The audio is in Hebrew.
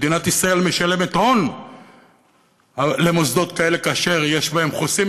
מדינת ישראל משלמת הון למוסדות כאלה כאשר יש בהם חוסים,